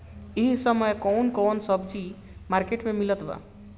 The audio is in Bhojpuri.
इह समय कउन कउन सब्जी मर्केट में मिलत बा?